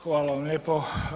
Hvala vam lijepo.